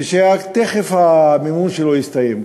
ושתכף המימון שלו יסתיים,